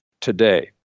today